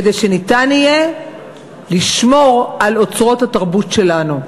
כדי שניתן יהיה לשמור על אוצרות התרבות שלנו.